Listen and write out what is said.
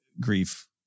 grief